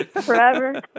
forever